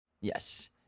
Yes